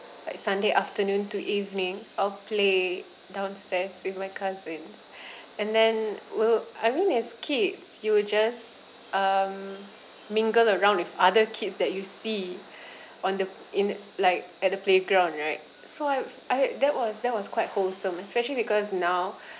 like sunday afternoon to evening of play downstairs with my cousins and then well I mean as kids you will just um mingle around with other kids that you see on the in like at the playground right so I I that was that was quite wholesome especially because now